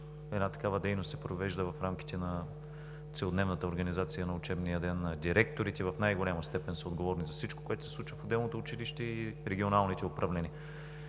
една такава дейност се провежда в рамките на целодневната организация на учебния ден, директорите в най-голяма степен са отговорни за всичко, което се случва в тяхното училище, и регионалните управления